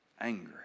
angry